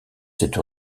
cette